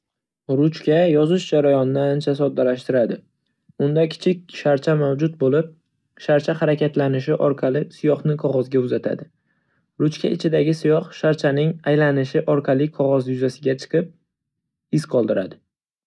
Ruchka yozish jarayonini ancha soddalashtiradi. Unda kichik sharcha mavjud bo'lib, sharcha harakatlanishi orqali siyohni qog‘ozga uzatadi. Ruchka ichidagi siyoh sharchaning aylanishi orqali qog‘oz yuzasiga chiqib, iz qoldiradi